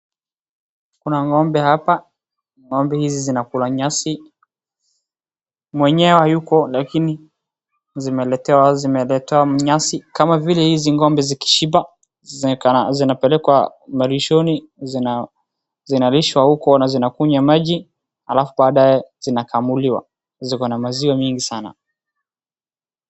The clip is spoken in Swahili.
Kuna ngombe hapa , ngombe hizi zinakula nyasi , mwenyewe hayuko lakini zimeletewa nyasi ,Kama vile hizi ngombe zikishiba zinapelekwa malishoni zinalishwa huko na zinakunywa maji alafu baadaye zinakamuliwa , zikona maziwa nyingi sana .